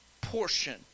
portion